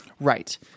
Right